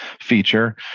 feature